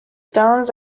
dunes